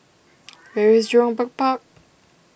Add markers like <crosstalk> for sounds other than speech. <noise> where is Jurong Bird Park